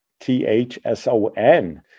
T-H-S-O-N